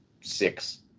six